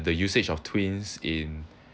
the usage of twins in